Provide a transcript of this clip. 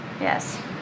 Yes